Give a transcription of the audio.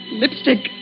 lipstick